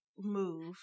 move